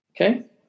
Okay